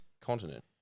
continent